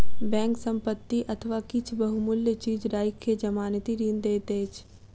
bank संपत्ति अथवा किछ बहुमूल्य चीज राइख के जमानती ऋण दैत अछि